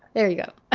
there you go.